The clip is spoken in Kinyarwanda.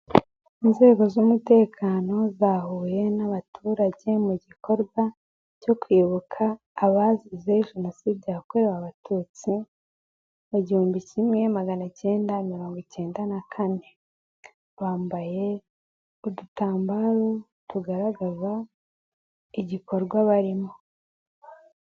Inzego z'umutekano zahuye n'abaturage mu gikorwa cyo kwibuka abazize Jenoside yakorewe Abatutsi mu igihumbi kimwe maganacyenda mirongo icyenda na kane. Bambaye udutambaro tugaragaza igikorwa barimo.